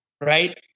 right